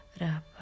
rapa